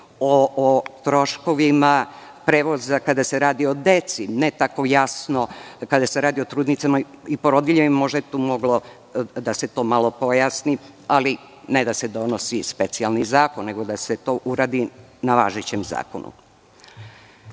o troškovima prevoza kada se radi o deci, ne tako jasno kada se radi o trudnicama i porodiljama. Možda bi tu moglo da se malo pojasni, ali ne da se donosi specijalni zakon, nego da se to uradi na važećem zakonu. Kada